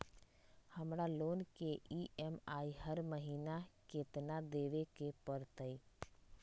हमरा लोन के ई.एम.आई हर महिना केतना देबे के परतई?